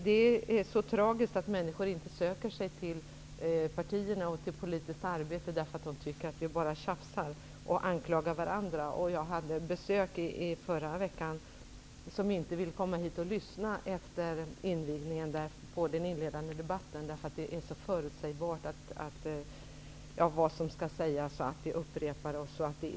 Det är så tragiskt att människor inte söker sig till partierna och till politiskt arbete, därför att de tycker att vi bara tjafsar och anklagar varandra. Jag hade besök i förra veckan som inte ville komma hit och lyssna efter invigningen på den inledande debatten, därför att det är så förutsebart vad som skall sägas, att vi upprepar oss.